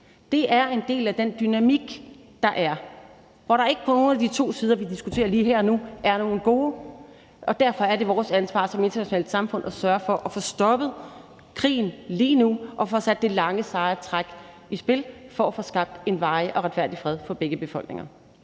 Det er en del af den dynamik, der er, hvor der ikke på nogen af de to sider, vi diskuterer lige her og nu, er nogen gode. Derfor er det vores ansvar som internationalt samfund at sørge for at få stoppet krigen lige nu og få sat det lange, seje træk i spil for at få skabt en varig og retfærdig fred for begge befolkninger.